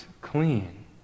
clean